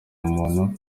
umuntu